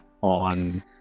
on